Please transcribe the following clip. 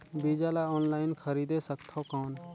बीजा ला ऑनलाइन खरीदे सकथव कौन?